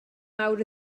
mawr